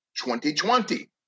2020